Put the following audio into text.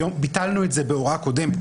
היום ביטלנו את זה בהוראה קודמת,